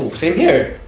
same here.